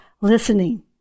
listening